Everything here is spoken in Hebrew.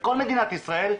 בכל מדינת ישראל,